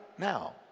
now